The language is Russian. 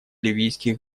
ливийских